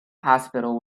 hospital